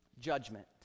Judgment